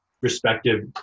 respective